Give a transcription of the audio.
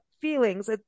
feelings